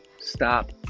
stop